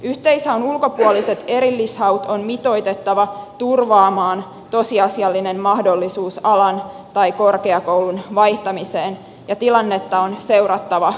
yhteishaun ulkopuoliset erillishaut on mitoitettava turvaamaan tosiasiallinen mahdollisuus alan tai korkeakoulun vaihtamiseen ja tilannetta on seurattava vuosittain